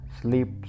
sleep